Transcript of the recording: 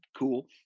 cool